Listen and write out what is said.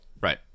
Right